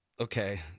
Okay